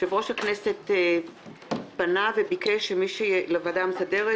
יושב-ראש הכנסת פנה וביקש מהוועדה המסדרת